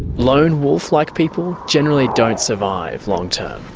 lone-wolf-like people generally don't survive long term.